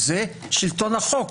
זה שלטון החוק.